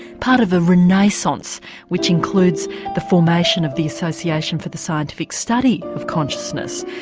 part of a renaissance which includes the formation of the association for the scientific study of consciousness,